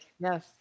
yes